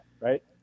right